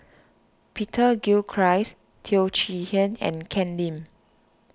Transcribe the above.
Peter Gilchrist Teo Chee Hean and Ken Lim